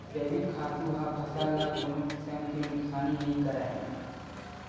जइविक खातू ह फसल ल कोनो किसम के नुकसानी नइ करय